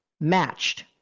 matched